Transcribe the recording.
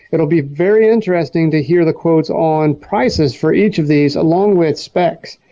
it will be very interesting to hear the quotes on prices for each of these along with specs.